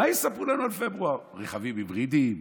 מה יספרו לנו על פברואר: רכבים היברידיים?